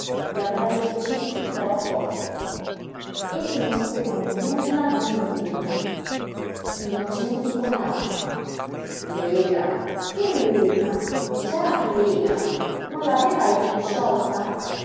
li avrebbe uccisi però a torto essi non sapevano nulla di nulla innocenti come l'acqua lega che lega non c'era più lega non la aveva egli disciolta